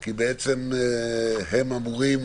כי בעצם הן אמורות